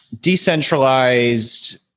decentralized